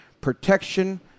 protection